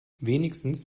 wenigstens